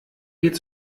geht